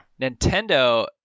Nintendo